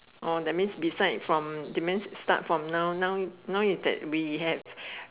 oh that means beside from that means start from now now now is that we had